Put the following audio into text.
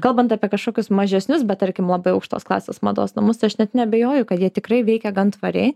kalbant apie kažkokius mažesnius bet tarkim labai aukštos klasės mados namus tai aš net neabejoju kad jie tikrai veikia gan tvariai